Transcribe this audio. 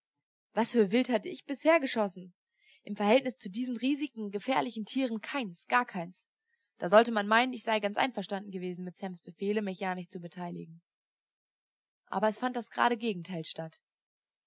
was für wild hatte ich bisher geschossen im verhältnisse zu diesen riesigen gefährlichen tieren keins gar keins da sollte man meinen ich sei ganz einverstanden gewesen mit sams befehle mich ja nicht zu beteiligen aber es fand das gerade gegenteil statt